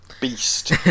Beast